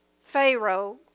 pharaoh